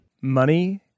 Money